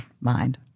mind